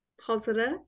positive